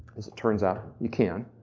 as it turns out, you can.